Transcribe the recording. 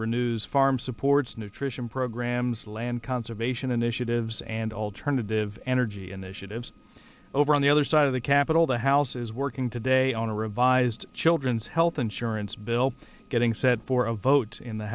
renews farm supports nutrition programs land conservation initiatives and alternative energy initiatives over on the other side of the capitol the house is working today on a revised children's health insurance bill getting set for a vote in the